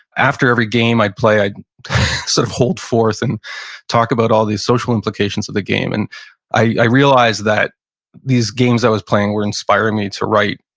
after every game i play, i'd sort of hold forth and talk about all these social implications of the game. and i realized that these games i was playing were inspiring me to write,